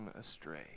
astray